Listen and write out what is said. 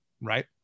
right